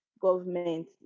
government